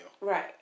Right